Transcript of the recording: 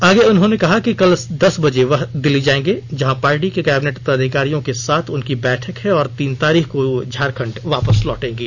आगे उन्होंने कहा कि कल दस बजे वह दिल्ली जायेंगे जहां पार्टी के कैबिनेट पदाधिकारियों के साथ उनकी बैठक है और तीन तारीख को झारखंड वापस लौटेंगे